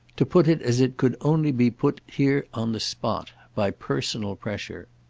to put it as it could only be put here on the spot by personal pressure.